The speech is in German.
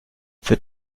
für